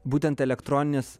būtent elektroninės